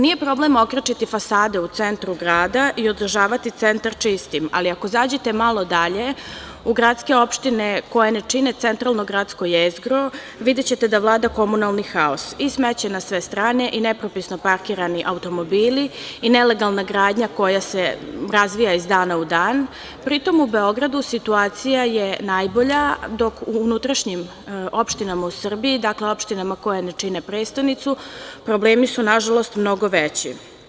Nije problem okrečiti fasade u centru grada i održavati centar čistim, ali ako zađete malo dalje u gradske opštine, koje ne čine centralno gradsko jezgro, videćete da vlada komunalni haos i smeće na sve strane i nepropisno parkirani automobili i nelegalna gradnja koja se razvija iz dana u dan, pri tom u Beogradu situacija je najbolja, dok u unutrašnjim opštinama u Srbiji, dakle, opštinama koje ne čine prestonicu problemi su mnogo veći.